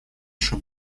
еще